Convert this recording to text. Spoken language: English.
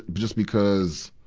just because,